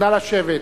נא לשבת.